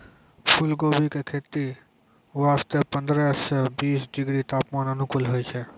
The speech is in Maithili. फुलकोबी के खेती वास्तॅ पंद्रह सॅ बीस डिग्री तापमान अनुकूल होय छै